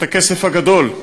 את הכסף הגדול,